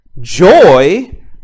joy